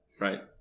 Right